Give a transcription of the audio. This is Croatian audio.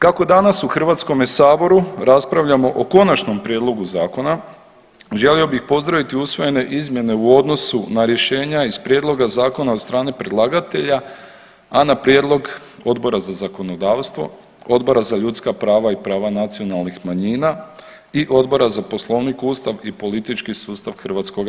Kako danas u HS raspravljamo o Konačnom prijedlogu zakona želio bih pozdraviti usvojene izmjene u odnosu na rješenja iz prijedloga zakona od strane predlagatelja, a na prijedlog Odbora za zakonodavstvo, Odbora za ljudska prava i prava nacionalnih manjina i Odbora za Poslovnik, Ustav i politički sustav HS.